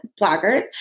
bloggers